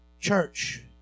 church